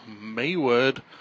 Maywood